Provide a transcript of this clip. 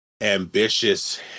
ambitious